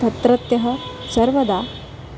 तत्रत्यः सर्वदा